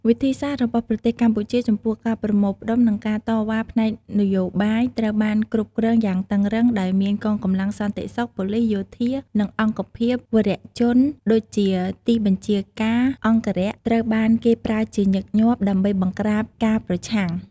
វិធីសាស្រ្តរបស់ប្រទេសកម្ពុជាចំពោះការប្រមូលផ្តុំ និងការតវ៉ាផ្នែកនយោបាយត្រូវបានគ្រប់គ្រងយ៉ាងតឹងរ៉ឹង ដោយមានកងកម្លាំងសន្តិសុខ ប៉ូលីស យោធា និងអង្គភាពវរជនដូចជា ទីបញ្ជាការអង្គរក្ស ត្រូវបានគេប្រើជាញឹកញាប់ ដើម្បីបង្ក្រាបការប្រឆាំង។